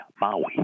Maui